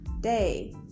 day